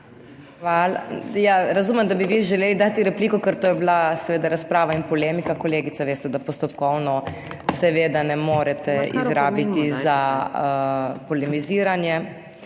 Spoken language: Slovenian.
Hvala. Ja, razumem, da bi vi želeli dati repliko, ker to je bila seveda razprava in polemika. Kolegica, veste, da postopkovno seveda ne morete izrabiti za polemiziranje.